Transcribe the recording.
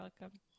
welcome